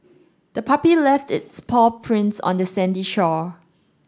the puppy left its paw prints on the sandy shore